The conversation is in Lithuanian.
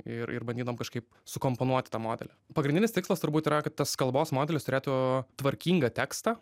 ir ir bandydavom kažkaip sukomponuoti tą modelį pagrindinis tikslas turbūt yra kad tas kalbos modelis turėtų tvarkingą tekstą